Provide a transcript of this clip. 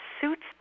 suits